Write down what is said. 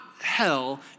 hell